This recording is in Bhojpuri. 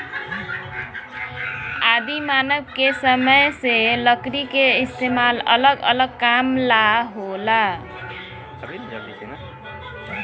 आदि मानव के समय से लकड़ी के इस्तेमाल अलग अलग काम ला होला